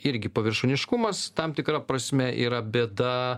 irgi paviršutiniškumas tam tikra prasme yra bėda